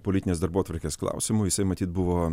politinės darbotvarkės klausimu jisai matyt buvo